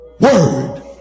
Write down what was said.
Word